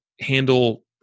handle